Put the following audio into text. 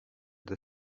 the